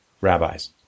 rabbis